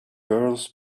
girls